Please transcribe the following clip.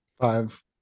five